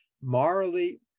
morally